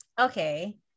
Okay